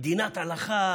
מוכרים פה: מדינת הלכה,